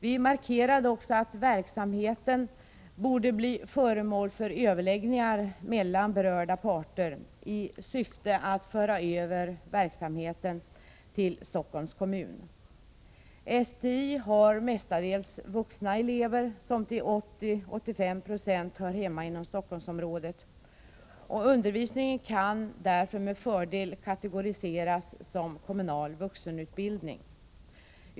Vi markerade också att verksamheten borde bli föremål för överläggningar mellan berörda parter i syfte att föra över verksamheten till Stockholms kommun. STI har mestadels vuxna elever, som till 80-85 26 hör hemma inom Stockholmsområdet. Undervisningen kan därför med fördel kategoriseras som kommunal vuxenutbildning.